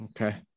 Okay